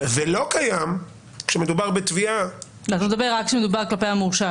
ולא קיים כשמדובר בתביעה -- אתה מדבר רק כשמדובר על המורשע,